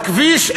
הכביש,